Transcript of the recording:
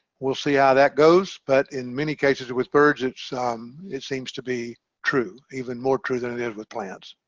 we'll see how that goes. but in many cases, with birds um it seems to be true even more true than it is with plants